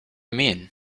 mean